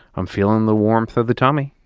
i'm feeling the warmth of the tummy.